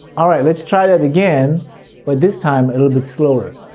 alright, let's try that again but this time a little bit slower.